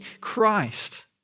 Christ